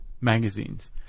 magazines